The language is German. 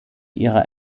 ihrer